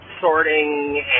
Sorting